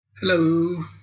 Hello